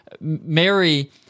Mary